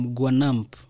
Guanamp